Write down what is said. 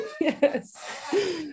Yes